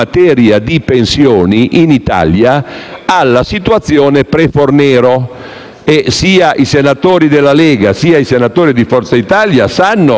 al nostro esame,